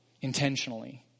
intentionally